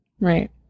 Right